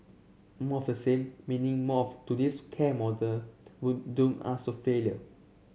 more of the same meaning more of today's care model will doom us so failure